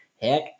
heck